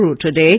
today